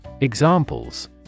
Examples